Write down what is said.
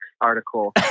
article